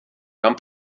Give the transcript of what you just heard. kam